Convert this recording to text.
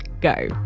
go